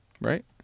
Right